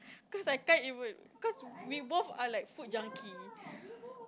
cause I can't even cause we both are like food junkie